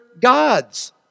gods